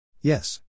Yes